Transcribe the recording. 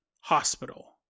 hospital